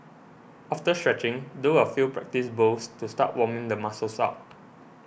after stretching do a few practice bowls to start warming the muscles up